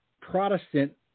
Protestant